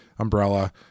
umbrella